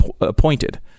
appointed